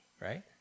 Right